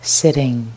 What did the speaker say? sitting